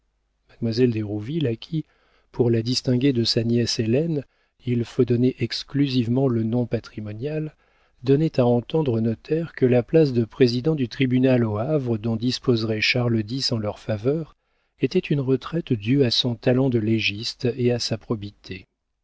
d'hérouville à qui pour la distinguer de sa nièce hélène il faut donner exclusivement le nom patrimonial donnait à entendre au notaire que la place de président du tribunal au havre dont disposerait charles x en leur faveur était une retraite due à son talent de légiste et à sa probité